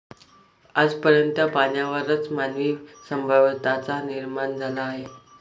आज पर्यंत पाण्यावरच मानवी सभ्यतांचा निर्माण झाला आहे